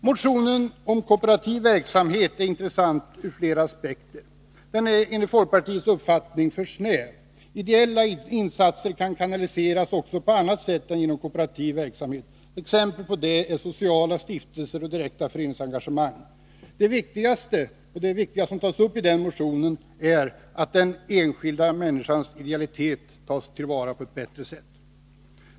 Motionen om kooperativ verksamhet är intressant ur flera aspekter. Den är enligt folkpartiets uppfattning för snäv. Ideella insatser kan kanaliseras också på annat sätt än genom kooperativ verksamhet. Exempel på detta är sociala stiftelser och direkta föreningsengagemang. Det viktiga, som också motionen tar upp, är att den enskilda människans idealitet tas till vara på ett bättre sätt.